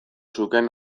zukeen